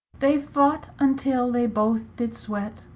they fought, untill they both did sweat,